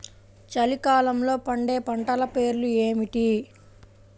చలికాలంలో పండే పంటల పేర్లు ఏమిటీ?